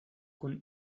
kun